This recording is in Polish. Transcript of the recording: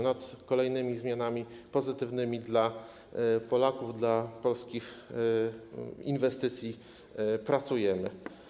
Nad kolejnymi zmianami pozytywnymi dla Polaków, dla polskich inwestycji pracujemy.